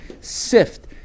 sift